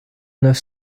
neuf